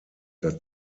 dass